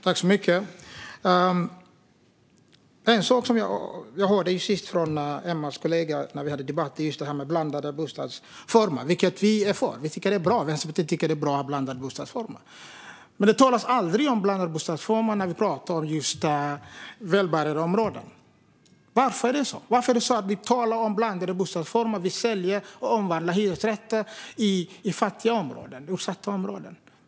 Herr ålderspresident! Senast i en debatt med Emma Hults kollega talade vi om blandade bostadsformer, vilket vi är för. Vänsterpartiet tycker att det är bra med blandade bostadsformer. Men det talas aldrig om blandade bostadsformer i välbärgade områden. Varför är det så? Vi talar om blandade bostadsformer och säljer och omvandlar hyresrätter i fattiga och utsatta områden?